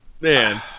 man